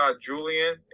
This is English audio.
Julian